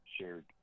shared